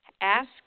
ask